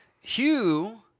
Hugh